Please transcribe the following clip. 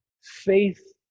Faith